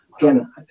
again